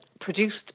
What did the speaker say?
produced